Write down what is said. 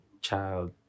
child